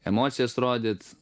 emocijas rodyt